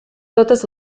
totes